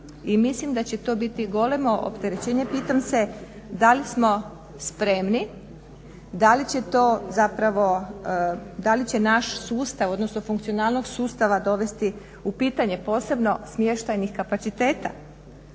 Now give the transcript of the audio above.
mislim da će to biti golemo opterećenje. Pitam se da li smo spremni, da li će to zapravo, da li će naš sustav odnosno funkcionalnost sustava dovesti u pitanje posebno smještajnih kapaciteta?